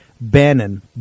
Bannon